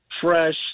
fresh